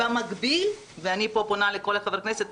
ובמקביל ואני פה פונה לכל חברי הכנסת,